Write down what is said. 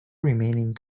remaining